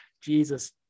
Jesus